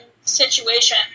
situation